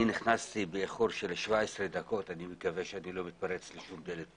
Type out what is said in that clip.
נכנסתי באיחור של 17 דקות ואני מקווה שאני לא מתפרץ לדלת פתוחה.